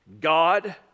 God